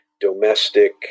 domestic